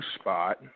spot